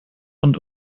und